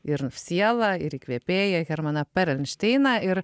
ir sielą ir įkvėpėją hermaną perelšteiną ir